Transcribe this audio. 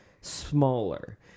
smaller